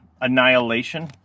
Annihilation